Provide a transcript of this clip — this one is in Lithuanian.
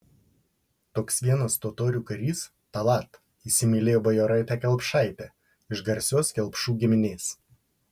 toks vienas totorių karys tallat įsimylėjo bajoraitę kelpšaitę iš garsios kelpšų giminės